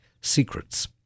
secrets